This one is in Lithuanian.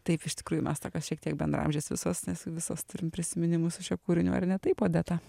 taip iš tikrųjų mes tokios šiek tiek bendraamžės visos nes visos turim prisiminimų su šiuo kūriniu ar ne taip odeta